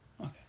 Okay